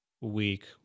week